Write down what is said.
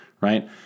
right